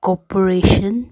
corporation